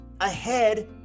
ahead